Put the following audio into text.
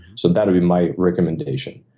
so that'd be my recommendation.